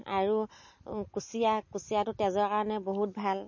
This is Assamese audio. আৰু কুচিয়া কুচিয়াটো তেজৰ কাৰণে বহুত ভাল